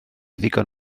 ddigon